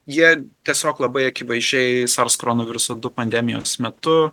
jie tiesiog labai akivaizdžiai sars koronaviruso pandemijos metu